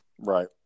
Right